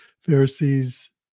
Pharisees